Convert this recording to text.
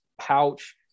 pouch